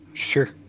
Sure